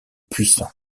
puissant